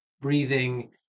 breathing